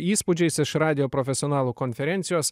įspūdžiais iš radijo profesionalų konferencijos